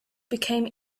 became